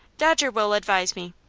dodger will advise me.